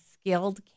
skilled